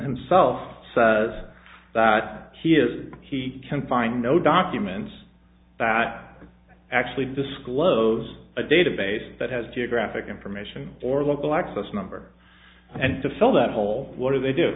himself says that he is he can find no documents that actually disclose a database that has to graphic information or local access number and to fill that hole what do they do